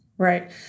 Right